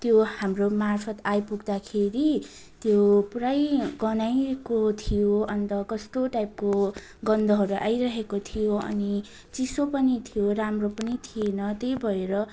त्यो हाम्रो मार्फत् आइपुग्दाखेरि त्यो पुरै गन्हाएको थियो अन्त कस्तो टाइपको गन्धहरू आइरहेको थियो अनि चिसो पनि थियो राम्रो पनि थिएन त्यही भएर